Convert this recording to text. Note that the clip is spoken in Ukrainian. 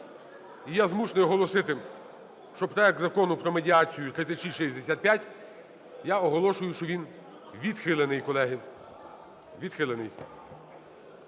І я змушений оголосити, що проект Закону про медіацію (3665) я оголошую, що він відхилений, колеги. Відхилений.